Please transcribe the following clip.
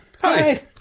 Hi